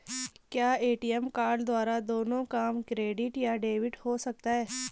क्या ATM card द्वारा दोनों काम क्रेडिट या डेबिट हो सकता है?